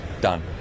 done